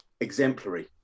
exemplary